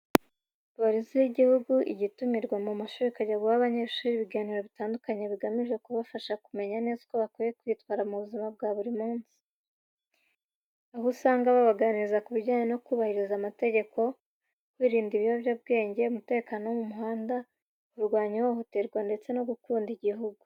Polisi y'igihugu ijya itumirwa mu mashuri ikajya guha abanyeshuri ibiganiro bitandukanye bigamije kubafasha kumenya neza uko bakwiye kwitwara mu buzima bwa buri munsi. Aho usanga babaganiriza ku bijyanye no kubahiriza amategeko, kwirinda ibiyobyabwenge, umutekano wo mu muhanda, kurwanya ihohoterwa, ndetse no gukunda igihugu.